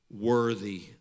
worthy